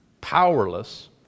powerless